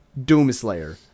Doomslayer